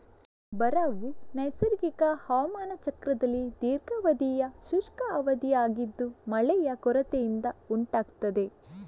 ಬರವು ನೈಸರ್ಗಿಕ ಹವಾಮಾನ ಚಕ್ರದಲ್ಲಿ ದೀರ್ಘಾವಧಿಯ ಶುಷ್ಕ ಅವಧಿಯಾಗಿದ್ದು ಮಳೆಯ ಕೊರತೆಯಿಂದ ಉಂಟಾಗ್ತದೆ